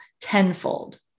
tenfold